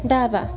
डावा